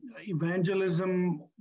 evangelism